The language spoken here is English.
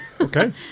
Okay